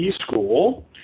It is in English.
School